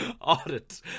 audit